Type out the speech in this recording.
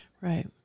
Right